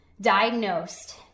diagnosed